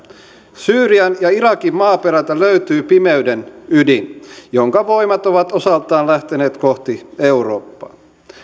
syyrian ja irakin maaperältä löytyy pimeyden ydin jonka voimat ovat osaltaan lähteneet kohti eurooppaa